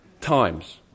times